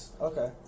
Okay